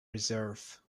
reserve